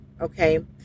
okay